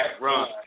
run